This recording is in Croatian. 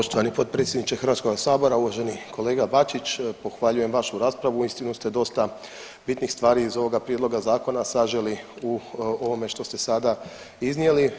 Poštovani potpredsjedniče Hrvatskoga sabora, uvaženi kolega Bačić pohvaljujem vašu raspravu jer uistinu ste dosta bitnih stvari iz ovoga Prijedloga zakona saželi u ovome što ste sada iznijeli.